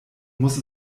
muss